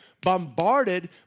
bombarded